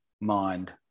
Mind